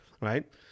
right